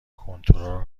کنترلم